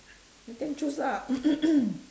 we can choose ah